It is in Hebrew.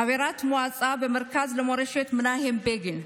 חברת מועצה במרכז למורשת מנחם בגין,